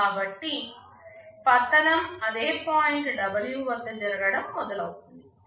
కాబట్టి పతనం అదే పాయింట్ W వద్ద జరగడం మొదలవుతుంది